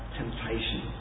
temptation